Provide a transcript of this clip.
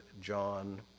John